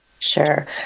Sure